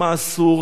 מה אסור,